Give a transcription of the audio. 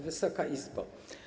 Wysoka Izbo!